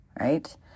right